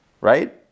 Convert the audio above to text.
right